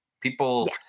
People